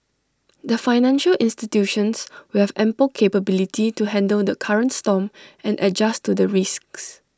the financial institutions will have ample capability to handle the current storm and adjust to the risks